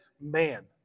man